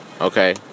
okay